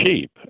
cheap